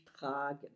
tragen